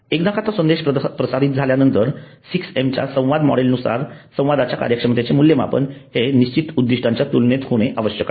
एकदा तो संदेश प्रसारीत झाल्यानंतर 6 एम च्या संवाद मॉडेल नुसार संवादाच्या कार्यक्षमतेचे मूल्यमापन हे निश्चित उद्दिष्टांच्या तुलनेत होणे आवश्यक आहे